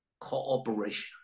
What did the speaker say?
cooperation